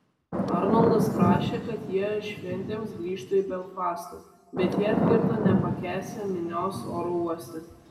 arnoldas prašė kad jie šventėms grįžtų į belfastą bet jie atkirto nepakęsią minios oro uoste